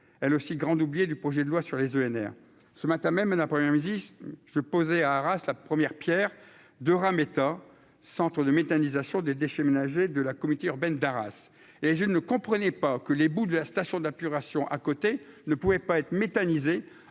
elle aussi grande oubliée du projet de loi sur les ENR, ce matin même un un problème existe je posé à Arras, la première Pierre de État Centre de méthanisation des déchets ménagers de la communauté urbaine d'Arras et je ne comprenais pas que les boues de la station de la purgation à côté, ne pouvait pas être métallisé,